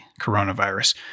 coronavirus